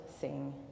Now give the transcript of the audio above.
sing